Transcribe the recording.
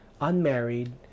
unmarried